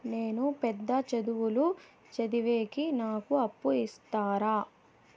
నేను పెద్ద చదువులు చదివేకి నాకు అప్పు ఇస్తారా